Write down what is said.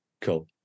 Cool